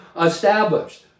established